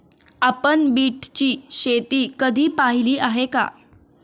आपण बीटची शेती कधी पाहिली आहे का?